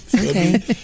Okay